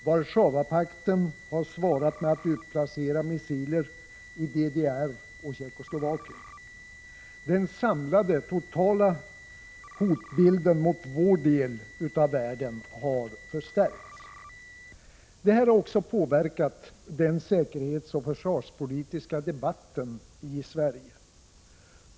Warszawapakten har svarat med att utplacera missiler i DDR och i Tjeckoslovakien. Den samlade totala hotbilden mot vår del av världen har förstärkts. Detta har också påverkat den säkerhetsoch försvarspolitiska debatten i Sverige.